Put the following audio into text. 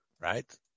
right